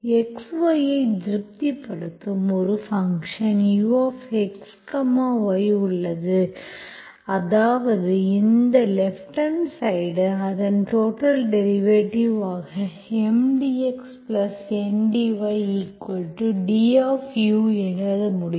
x y ஐ திருப்திப்படுத்தும் ஒரு ஃபங்க்ஷன் ux y உள்ளது அதாவது இந்த லேப்ப்ட்ஹாண்ட் சைடு அதன் டோடல் டெரிவேட்டிவ் ஆக M dxN dydu எழுத முடியும்